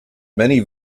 many